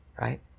right